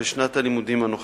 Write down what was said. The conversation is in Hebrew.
בשנת הלימודים הנוכחית.